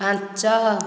ପାଞ୍ଚ